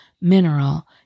mineral